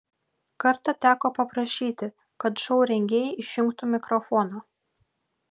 kartą teko paprašyti kad šou rengėjai išjungtų mikrofoną